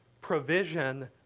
provision